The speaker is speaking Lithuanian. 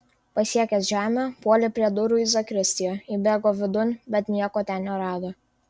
pasiekęs žemę puolė prie durų į zakristiją įbėgo vidun bet nieko ten nerado